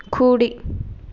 కూడి